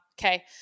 Okay